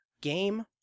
game